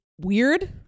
weird